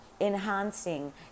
enhancing